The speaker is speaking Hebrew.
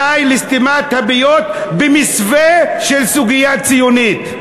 די לסתימת הפיות במסווה של סוגיה ציונית.